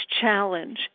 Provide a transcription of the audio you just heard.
challenge